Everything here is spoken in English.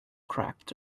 cracked